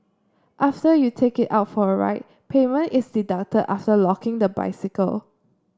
after you take it out for a ride payment is deducted after locking the bicycle